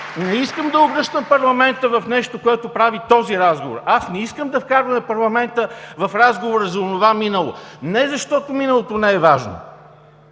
Не искам да обръщам парламента в нещо, което прави този разговор. Аз не искам да вкарваме парламента в разговора за онова минало. Не защото миналото не е важно!